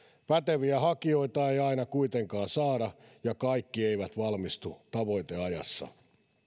päteviä hakijoita ei aina kuitenkaan saada ja kaikki eivät valmistu tavoiteajassa